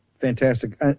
Fantastic